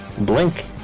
blink